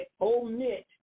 omit